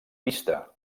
pista